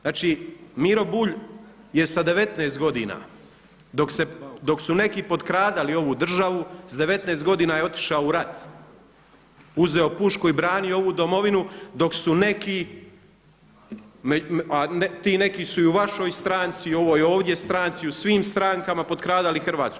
Znači Miro Bulj je sa 19 godina dok su neki potkradali ovu državu, s 19 godina je otišao u rat, uzeo pušku i branio ovu domovinu dok su neki, a ti neki su i vašoj stranci i u ovoj ovdje stranci, u svim strankama potkradali Hrvatsku.